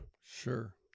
Sure